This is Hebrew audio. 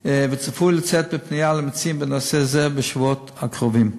וצפוי לצאת בפנייה למציעים בנושא זה בשבועות הקרובים.